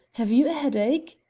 have you a headache?